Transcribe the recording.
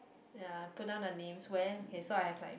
ya put down their name where okay so I have like